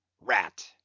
Rat